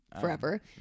forever